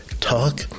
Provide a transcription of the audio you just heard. talk